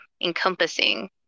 encompassing